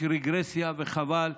יש רגרסיה, וחבל.